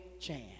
chance